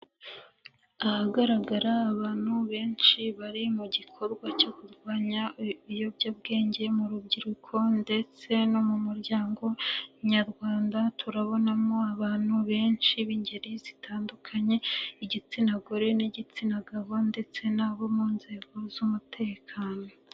Ahagaragara abantu benshi bari mu gikorwa cyo kurwanya ibiyobyabwenge mu rubyiruko ndetse no mu muryango nyarwanda turabonamo abantu benshi b'ingeri zitandukanye, igitsina gore n'igitsina gabo ndetse n'abo mu nzego z'umutekano.